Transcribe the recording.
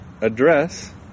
address